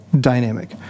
dynamic